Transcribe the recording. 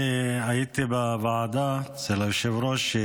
אני הייתי בוועדה אצל היושב-ראש,